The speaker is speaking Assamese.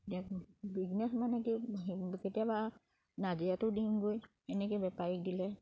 এতিয়া বিজনেছ মানে কি কেতিয়াবা নাজিৰাতো দিওঁগৈ এনেকে বেপাৰীক দিলে